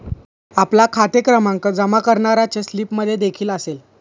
आपला खाते क्रमांक जमा करण्याच्या स्लिपमध्येदेखील असेल